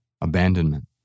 abandonment